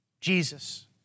Jesus